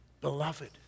Beloved